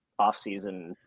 offseason